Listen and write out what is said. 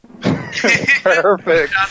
Perfect